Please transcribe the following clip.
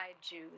Jews